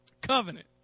covenant